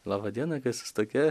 laba diena kas jūs tokia